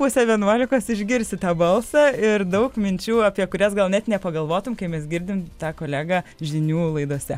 pusę vienuolikos išgirsite balsą ir daug minčių apie kurias gal net nepagalvotum kai mes girdime tą kolegą žinių laidose